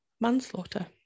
manslaughter